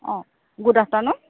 অঁ good afternoon